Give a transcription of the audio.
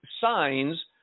signs